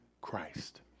Christ